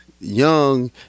young